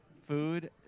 food